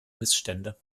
missstände